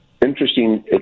Interesting